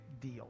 deal